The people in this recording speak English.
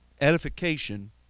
edification